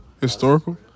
Historical